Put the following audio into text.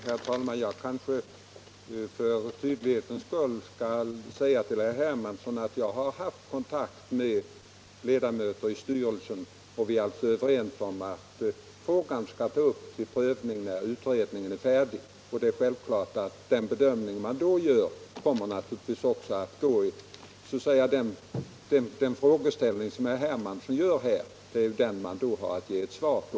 Herr talman! Jag kanske för tydlighetens skull skall säga till herr Hermansson att jag har haft kontakt med ledamöter i styrelsen, och vi är alltså överens om att frågan skall tas upp till prövning när utredningen är färdig. Det är självklart att den bedömning man då gör kommer att avse den frågeställning som herr Hermansson tar upp. Det är den man då har att ge ett svar på.